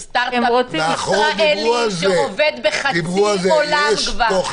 סטרטאפ ישראלי שכבר עובד בחצי עולם.